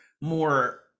more